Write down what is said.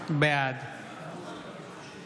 בעד